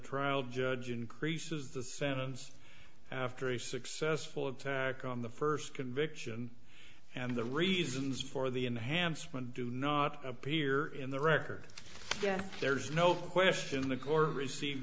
trial judge increases the sentence after a successful attack on the first conviction and the reasons for the enhancement do not appear in the record yes there's no question the court receive